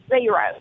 zero